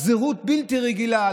לא בדיוק על אותן רגליים,